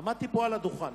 עמדתי פה על הדוכן